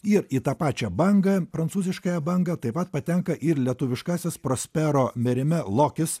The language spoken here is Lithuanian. ir į tą pačią bangą prancūziškąją bangą taip pat patenka ir lietuviškasis prospero merime lokis